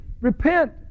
Repent